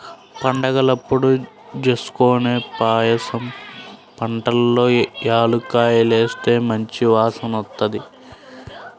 పండగలప్పుడు జేస్కొనే పాయసం వంటల్లో యాలుక్కాయాలేస్తే మంచి వాసనొత్తది